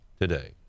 today